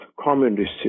communist